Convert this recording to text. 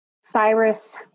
Cyrus